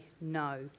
no